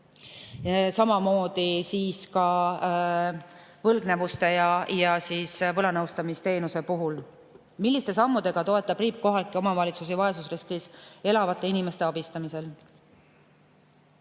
Samamoodi on ka võlgnevuste ja võlanõustamisteenuse puhul. "Milliste sammudega toetab riik kohalikke omavalitsusi vaesusriskis elavate inimeste abistamisel?"